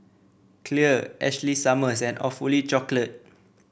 Clear Ashley Summers and Awfully Chocolate